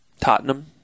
Tottenham